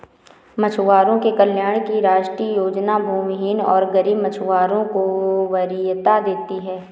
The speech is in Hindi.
मछुआरों के कल्याण की राष्ट्रीय योजना भूमिहीन और गरीब मछुआरों को वरीयता देती है